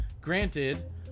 granted